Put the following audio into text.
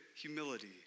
humility